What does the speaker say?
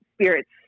spirits